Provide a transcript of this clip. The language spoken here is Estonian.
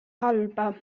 halba